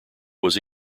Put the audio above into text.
was